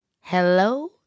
Hello